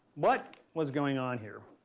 what was going on here?